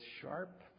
sharp